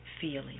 feeling